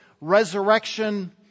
resurrection